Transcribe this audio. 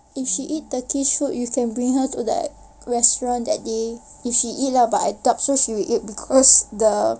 if she eat the turkish food you can bring her to that restaurant that day if she eat lah but I doubt so she will eat because the